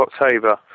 October